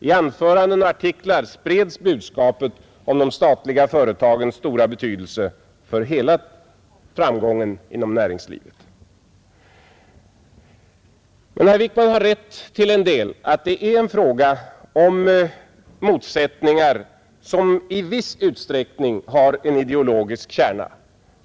I anföranden och artiklar spreds budskapet om de statliga företagens stora betydelse för framgången inom näringslivet. Herr Wickman har rätt till en del i att det är fråga om motsättningar, som i viss utsträckning har en ideologisk kärna.